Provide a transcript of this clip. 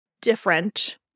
different